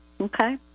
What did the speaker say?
Okay